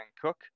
Cook